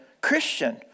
Christian